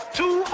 two